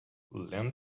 learn